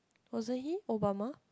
wasn't he Obama